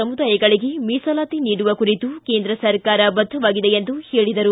ಸಮುದಾಯಗಳಿಗೆ ಮೀಸಲಾತಿ ನೀಡುವ ಕುರಿತು ಕೇಂದ್ರ ಸರ್ಕಾರ ಬದ್ದವಾಗಿದೆ ಎಂದು ಹೇಳಿದರು